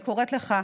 אני קוראת לך: